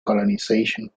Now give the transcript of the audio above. colonisation